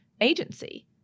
agency